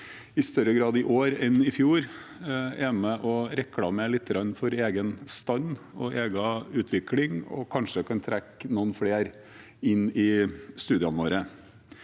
i større grad i år enn i fjor – er med og reklamerer litt for egen stand og egen utvikling og kanskje kan trekke noen flere inn i studiene våre.